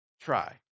try